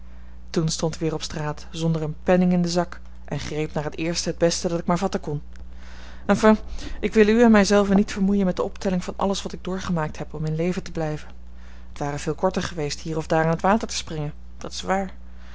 toen stond ik weer op straat zonder een penning in den zak en greep naar het eerste het beste dat ik maar vatten kon enfin ik wil u en mij zelven niet vermoeien met de optelling van alles wat ik doorgemaakt heb om in leven te blijven het ware veel korter geweest hier of daar in t water te springen dat is waar